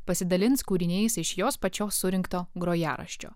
pasidalins kūriniais iš jos pačios surinkto grojaraščio